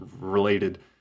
related